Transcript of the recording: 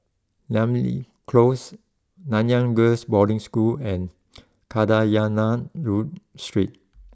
Namly close Nanyang Girls' Boarding School and Kadayanallur Street